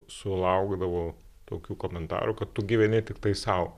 sulaukdavau tokių komentarų kad tu gyveni tiktai sau